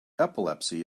epilepsy